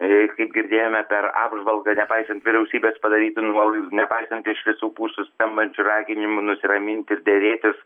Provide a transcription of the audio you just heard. ir kaip girdėjome per apžvalgą nepaisant vyriausybės padarytų nuolaidų nepaisant iš visų pusių skambančių raginimų nusiramint ir derėtis